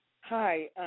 Hi